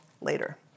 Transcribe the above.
later